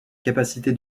capacité